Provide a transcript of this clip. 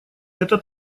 это